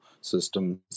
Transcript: systems